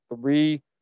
three